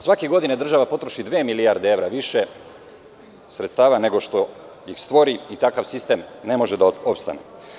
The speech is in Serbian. Svake godine država potroši dve milijarde evra više sredstava nego što ih stvori i takav sistem ne može da opstane.